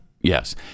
Yes